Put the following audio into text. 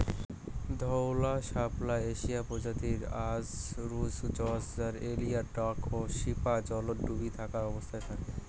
ধওলা শাপলা এশিয়ার প্রজাতি অজরায়ুজ গছ আর এ্যাইলার ডাল ও শিপা জলত ডুবি থাকা অবস্থাত থাকে